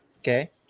Okay